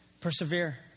persevere